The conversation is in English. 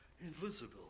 invisible